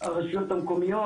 הרשויות המקומיות,